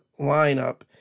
lineup